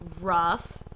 rough